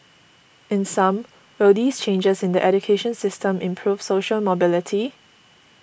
in sum will these changes in the education system improve social mobility